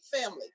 family